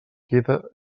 queda